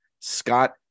Scott